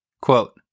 Quote